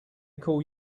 call